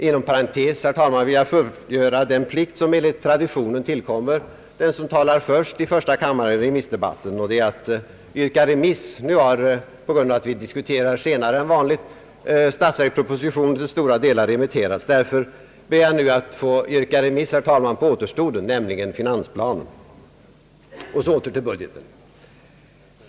Inom parentes, herr talman, vill jag fullgöra den plikt som enligt traditionen tillkommer den som talar först i remissdebatten i första kammaren, nämligen att yrka remiss. På grund av att vi har denna debatt senare än vanligt har statsverkspropositionen = till stora delar redan remitterats. Därför ber jag nu att få yrka remiss på återstoden, dvs. finansplanen, till vederbörande utskott. Och så åter till budgeten.